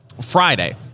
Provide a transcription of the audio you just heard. Friday